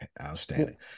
Outstanding